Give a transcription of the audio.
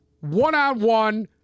One-on-one